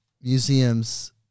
museums